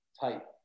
type